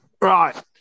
Right